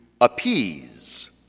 appease